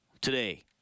today